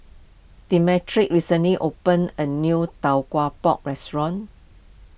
Demetric recently opened a new Tau Kwa Pau restaurant